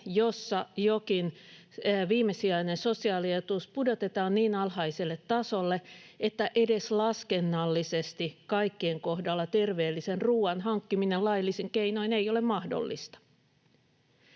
jossa jokin viimesijainen sosiaalietuus pudotetaan niin alhaiselle tasolle, että edes laskennallisesti kaikkien kohdalla terveellisen ruuan hankkiminen laillisin keinoin ei ole mahdollista.